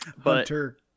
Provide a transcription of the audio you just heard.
Hunter